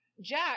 Jack